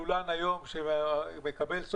לולן שמקבל היום מכסה,